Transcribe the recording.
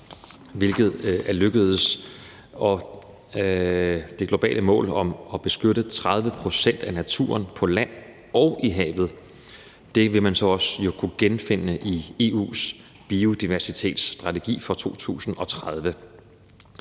det globale mål om at beskytte 30 pct. af naturen på land og i havet vil man jo også kunne genfinde i EU's biodiversitetsstrategi for 2030.